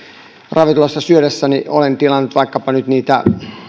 ravintoloissa syödessäni olen tilannut vaikkapa nyt niitä